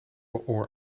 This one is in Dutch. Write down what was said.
oor